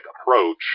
approach